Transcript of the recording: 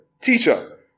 teacher